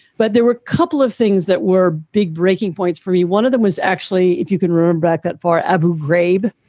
but there were a couple of things that were big breaking points for me. one of them was actually, if you can ruin brackett for abu ghraib,